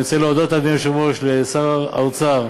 אני רוצה להודות, אדוני היושב-ראש, לשר האוצר